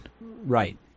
Right